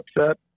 upset